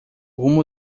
rumo